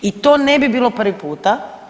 I to ne bi bilo prvi puta.